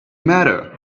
matter